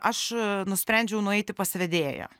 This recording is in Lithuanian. aš nusprendžiau nueiti pas vedėją